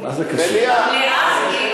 מליאה.